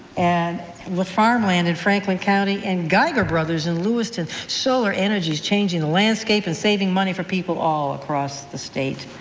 and farm land in franklin county and geiger brothers in lewiston, solar energy is changing the landscape and saving money for people all across the state.